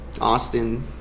Austin